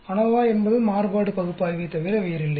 ANOVA என்பது மாறுபாடு பகுப்பாய்வே தவிர வேறில்லை